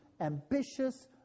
ambitious